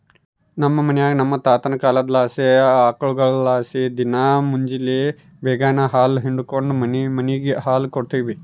ನಮ್ ಮನ್ಯಾಗ ನಮ್ ತಾತುನ ಕಾಲದ್ಲಾಸಿ ಆಕುಳ್ಗುಳಲಾಸಿ ದಿನಾ ಮುಂಜೇಲಿ ಬೇಗೆನಾಗ ಹಾಲು ಹಿಂಡಿಕೆಂಡು ಮನಿಮನಿಗ್ ಹಾಲು ಕೊಡ್ತೀವಿ